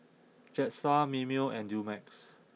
Jetstar Mimeo and Dumex